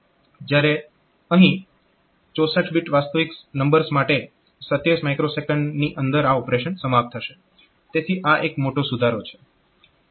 જ્યારે અહીં 64 બીટ વાસ્તવિક નંબર્સ માટે 27 µS ની અંદર આ ઓપરેશન સમાપ્ત થશે તેથી આ એક મોટો સુધારો છે